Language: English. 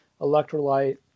electrolyte